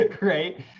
right